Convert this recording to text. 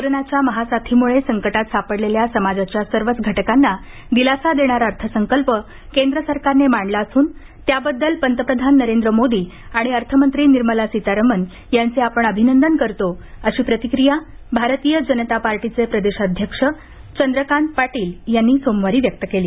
कोरोनाच्या महासाथीमुळे संकटात सापडलेल्या समाजाच्या सर्वच घटकांना दिलासा देणारा अर्थसंकल्प केंद्र सरकारने मांडला असून त्याबद्दल पंतप्रधान नरेंद्र मोदी आणि अर्थमंत्री निर्मला सीतारमन यांचे आपण अभिनंदन करतो अशी प्रतिक्रिया भारतीय जनता पार्टीचे प्रदेशाध्यक्ष चंद्रकांत पाटील यांनी सोमवारी व्यक्त केली